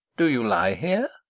do you lie here?